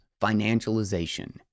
financialization